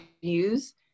views